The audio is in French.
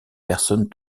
personnes